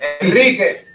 Enrique